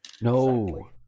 No